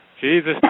Jesus